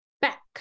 back